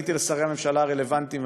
ופניתי לשרי הממשלה הרלוונטיים,